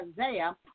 Isaiah